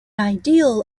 ideal